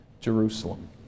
Jerusalem